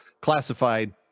classified